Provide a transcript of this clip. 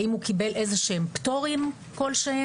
האם הוא קיבל פטורים כלשהם,